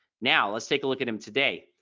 now let's take a look at him today.